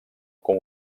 com